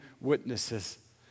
witnesses